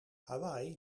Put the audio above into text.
hawaï